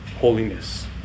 holiness